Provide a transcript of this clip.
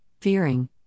Fearing